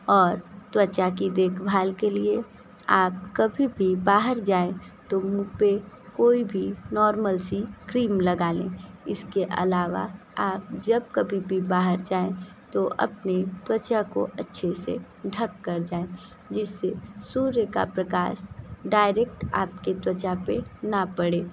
और त्वचा की देखभाल के लिए आप कभी भी बाहर जाएँ तो मुँह पर कोई भी नॉर्मल सी क्रीम लगा लें इसके अलावा आप जब कभी भी बाहर जाएँ तो अपनी त्वचा को अच्छे से ढँक कर जाएँ जिससे सूर्य का प्रकाश डायरेक्ट आपके त्वचा पर ना पड़े